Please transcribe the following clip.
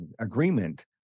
agreement